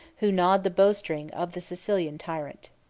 who gnawed the bowstring of the sicilian tyrant.